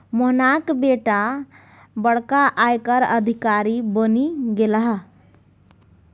मोहनाक बेटा बड़का आयकर अधिकारी बनि गेलाह